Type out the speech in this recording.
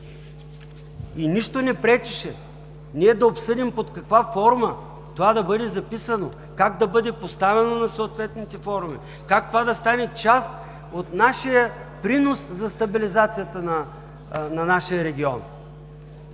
Нищо не пречеше, ние да обсъдим под каква форма това да бъде записано, как да бъде поставено на съответните форуми, как това да стане част от нашия принос за стабилизацията на нашия регион.